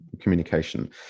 communication